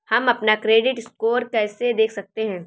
हम अपना credit score कैसे देख सकते हैं?